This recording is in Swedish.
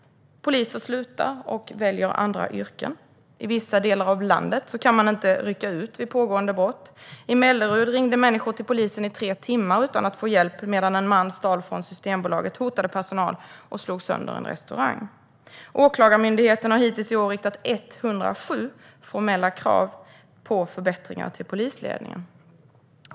Poliser slutar och väljer andra yrken. I vissa delar av landet kan man inte rycka ut vid pågående brott. I Mellerud ringde människor under tre timmar till polisen utan att få hjälp medan en man stal från Systembolaget, hotade personalen och slog sönder en restaurang. Åklagarmyndigheten har hittills i år riktat 107 formella krav på förbättringar till polisledningen.